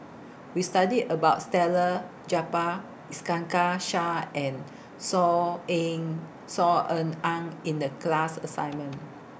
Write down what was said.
We studied about stealer Japar Iskandar Shah and Saw in Saw Ean Ang in The class assignment